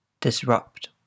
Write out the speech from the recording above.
disrupt